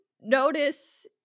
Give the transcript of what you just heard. notice